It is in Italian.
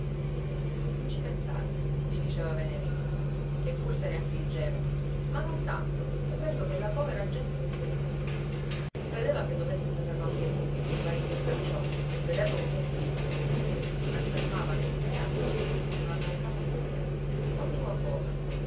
non ci pensare gli diceva venerina che pur se ne affliggeva ma non tanto sapendo che la povera gente vive cosí credeva che dovesse saperlo anche lui il marito e perciò nel vederlo cosí afflitto sempre piú si raffermava nell'idea che egli fosse di una bontà non comune quasi morbosa